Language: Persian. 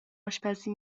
آشپزی